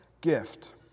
gift